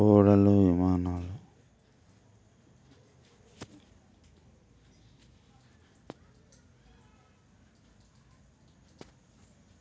ఓడలు విమానాలు గుండా సామాన్లు సరుకులు కూడా వస్తాయి